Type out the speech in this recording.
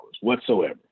whatsoever